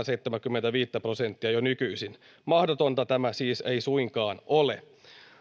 seitsemääkymmentäviittä prosenttia jo nykyisin mahdotonta tämä siis ei suinkaan ole